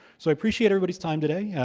so i appreciate everybody's time today. yeah